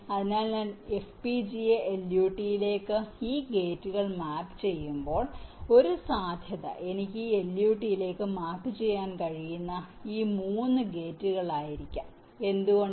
അതിനാൽ ഞാൻ FPGA LUT എന്ന ഈ ഗേറ്റുകൾ മാപ്പ് ചെയ്യുമ്പോൾ ഒരു സാധ്യത എനിക്ക് ഈ LUT ലേക്ക് മാപ്പ് ചെയ്യാൻ കഴിയുന്ന ഈ മൂന്ന് ഗേറ്റുകളായിരിക്കാം എന്തുകൊണ്ട്